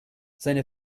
seine